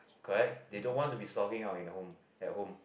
correct they don't want to be slogging out in the home at home